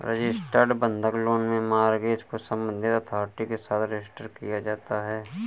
registered बंधक loan में mortgage को संबंधित अथॉरिटी के साथ रजिस्टर किया जाता है